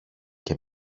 και